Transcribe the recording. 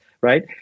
right